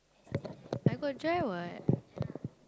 I got dry [what]